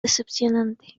decepcionante